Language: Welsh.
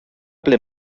ble